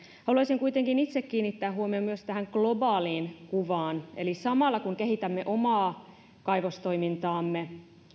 haluaisin kuitenkin itse kiinnittää huomion myös tähän globaaliin kuvaan eli kysyisin ministereiltä kulmuni ja mikkonen samalla kun kehitämme omaa kaivostoimintaamme